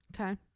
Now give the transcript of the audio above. Okay